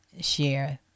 share